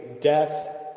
death